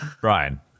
Brian